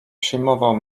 przyjmował